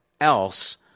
else